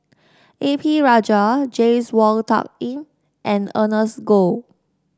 A P Rajah James Wong Tuck Yim and Ernest Goh